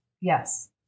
Yes